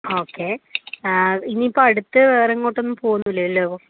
okay ഇനിയിപ്പോൾ അടുത്ത് വേറെ എങ്ങോട്ടൊന്നും പോവുകയൊന്നും ഇല്ലല്ലോ